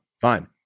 Fine